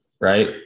right